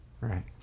Right